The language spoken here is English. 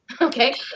okay